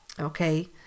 Okay